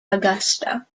augusta